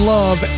Love